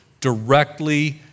directly